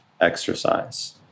exercise